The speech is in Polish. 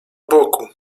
boku